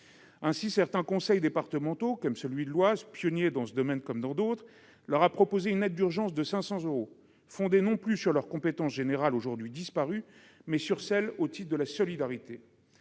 Ainsi, certains conseils départementaux, comme celui de l'Oise, pionnier dans ce domaine comme dans d'autres, leur ont proposé une aide d'urgence de 500 euros fondée, non plus sur leur compétence générale, aujourd'hui disparue, mais au titre de la solidarité.